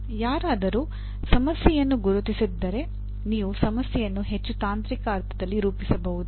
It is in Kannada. ಯಾರಾದರೂ ಸಮಸ್ಯೆಯನ್ನು ಗುರುತಿಸಿದ್ದರೆ ನೀವು ಸಮಸ್ಯೆಯನ್ನು ಹೆಚ್ಚು ತಾಂತ್ರಿಕ ಅರ್ಥದಲ್ಲಿ ರೂಪಿಸಬಹುದೇ